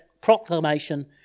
proclamation